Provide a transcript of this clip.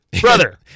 brother